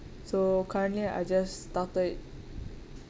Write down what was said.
so currently I just started